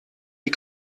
die